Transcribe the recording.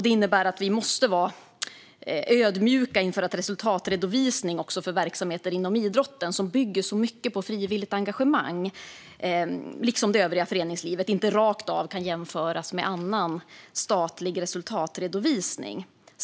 Det innebär att vi måste vara ödmjuka inför att resultatredovisning för verksamheter inom idrotten, som liksom det övriga föreningslivet bygger så mycket på frivilligt engagemang, inte rakt av kan jämföras med annan statlig resultatredovisning.